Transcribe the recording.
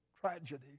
tragedy